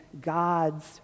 God's